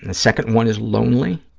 and second one is lonely,